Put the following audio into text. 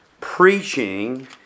preaching